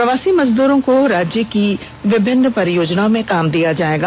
प्रवासी मजदूरों को राज्य की विभिन्न परियोजनाओं में काम दिया जाएगा